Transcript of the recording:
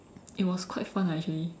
it was quite fun ah actually